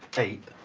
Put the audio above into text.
eight,